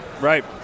Right